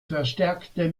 verstärkte